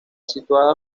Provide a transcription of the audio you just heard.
situada